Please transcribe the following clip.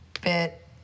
bit